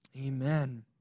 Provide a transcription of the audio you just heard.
amen